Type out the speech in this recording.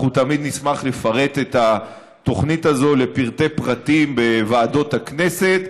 אנחנו תמיד נשמח לפרט את התוכנית הזאת לפרטי-פרטים בוועדות הכנסת.